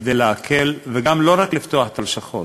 כדי להקל, וגם לא רק לפתוח את הלשכות